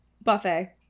Buffet